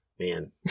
Man